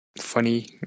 funny